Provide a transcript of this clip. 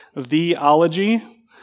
Theology